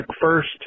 First